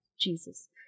Jesus